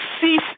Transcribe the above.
see